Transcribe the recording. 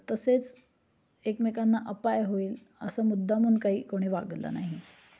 तसेच एकमेकांना अपाय होईल असं मुद्दामहून काही कोणी वागलं नाही